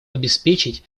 обеспечить